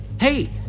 hey